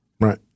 Right